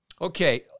Okay